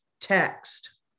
text